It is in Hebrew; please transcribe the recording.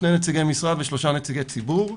שני נציגי משרד ושלושה נציגי ציבור.